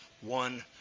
one